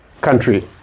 country